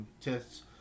tests